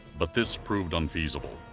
but this proved unfeasible.